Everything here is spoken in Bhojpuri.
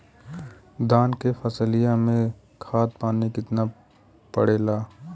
धान क फसलिया मे खाद पानी कितना पड़े ला?